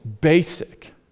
basic